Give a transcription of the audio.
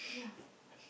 yeah